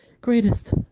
greatest